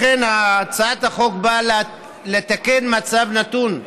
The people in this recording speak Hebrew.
לכן הצעת החוק באה לתקן מצב נתון,